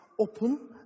open